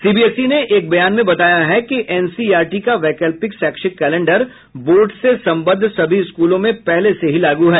CBSE ने एक बयान में बताया है कि एनसीईआरटी का वैकल्पिक शैक्षिक कैलेंडर बोर्ड से संबद्ध सभी स्कूलों में पहले से ही लागू है